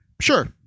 Sure